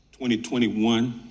2021